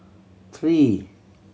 three